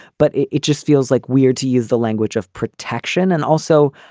but it it just feels like weird to use the language of protection. and also,